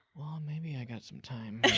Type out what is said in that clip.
maybe i got some time.